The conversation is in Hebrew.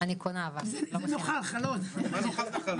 וכל אחד מתוך נקודת המבט